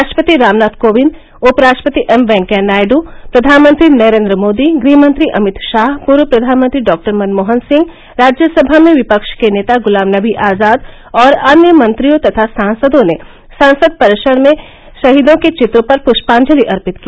राष्ट्रपति रामनाथ कोविंद उपराष्ट्रपति एम वेंकैया नायडू प्रधानमंत्री नरेन्द्र मोदी गृहमंत्री अमित शाह पूर्व प्रधानमंत्री डॉक्टर मनमोहन सिंह राज्यसभा में विपक्ष के नेता गुलाम नवी आजाद और अन्य मंत्रियों तथा सांसदों ने संसद परिसर में शहीदों के चित्रों पर पुष्पांजलि अर्पित की